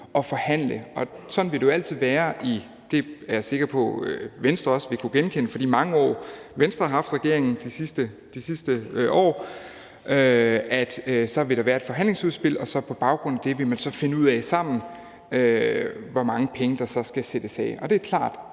at forhandle. Sådan vil det jo altid være, og det er jeg sikker på Venstre også vil kunne genkende fra de mange år, Venstre har haft regeringsmagten, nemlig at så vil der være et forhandlingsudspil, og på baggrund af det vil man så sammen finde ud af, hvor mange penge der skal sættes af. Og det er klart,